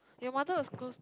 your mother was close